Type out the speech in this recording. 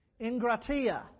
Ingratia